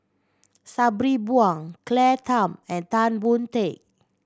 Sabri Buang Claire Tham and Tan Boon Teik